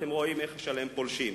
אתם רואים איך יש עליהן פולשים,